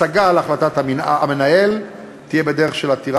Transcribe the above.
השגה על החלטת המנהל תהיה בדרך של עתירה